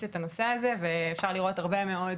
את הנושא הזה ואפשר לראות הרבה מאוד